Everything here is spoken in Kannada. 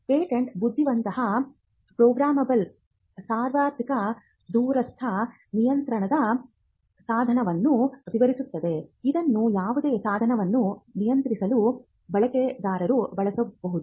ಪೇಟೆಂಟ್ ಬುದ್ಧಿವಂತ ಪ್ರೊಗ್ರಾಮೆಬಲ್ ಸಾರ್ವತ್ರಿಕ ದೂರಸ್ಥ ನಿಯಂತ್ರಣ ಸಾಧನವನ್ನು ವಿವರಿಸುತ್ತದೆ ಇದನ್ನು ಯಾವುದೇ ಸಾಧನವನ್ನು ನಿಯಂತ್ರಿಸಲು ಬಳಕೆದಾರರು ಬಳಸಬಹುದು